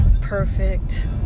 perfect